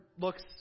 looks